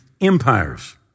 empires